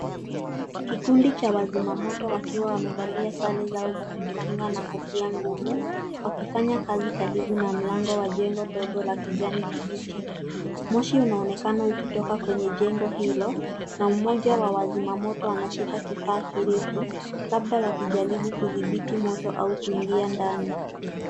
Mimea kadhaa ya pilipili inaonekana ikiwa na majani mengi ya kijani kibichi. Mimea hiyo inakuwa kwa safu na katika kundi. Baadhi ya pilipili zina rangi ya kijani nyepesi na kijani ya manjano. Ardhi ya chini ya mimea inaonekana kwa sehemu ikiwa na udongo wa kahawa.